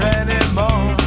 anymore